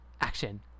action